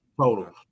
Total